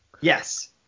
Yes